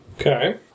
Okay